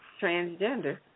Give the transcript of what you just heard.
transgender